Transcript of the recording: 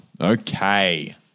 Okay